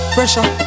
Pressure